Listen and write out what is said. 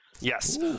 Yes